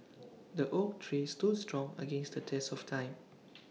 the oak tree stood strong against the test of time